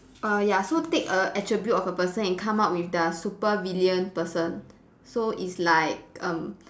err ya so take a attribute of a person and come up with their supervillain person so it's like um